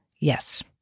Yes